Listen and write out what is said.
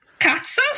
cazzo